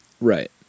Right